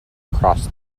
across